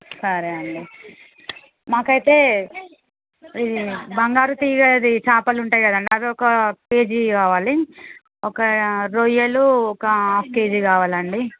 సరే అండి మాకైతే బంగారు తీగ చేపలు ఉంటాయి కదండి అవి ఒక కేజీ కావాలి ఒక రొయ్యలు ఒక హాఫ్ కేజీ కావాలండి